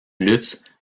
lutz